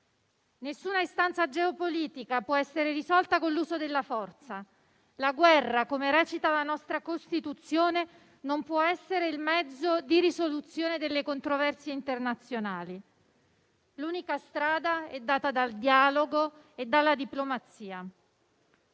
Nessuna istanza geopolitica può essere risolta con l'uso della forza. La guerra - come recita la nostra Costituzione - non può essere il mezzo di risoluzione delle controversie internazionali. L'unica strada è data dal dialogo e dalla diplomazia.